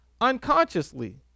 unconsciously